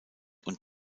und